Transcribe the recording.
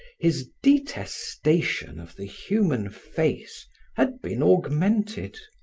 his detestation of the human face had been augmented.